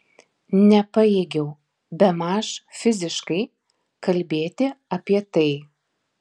nepajėgiau bemaž fiziškai kalbėti apie tai